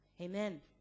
Amen